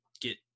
get